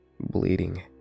bleeding